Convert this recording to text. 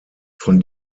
von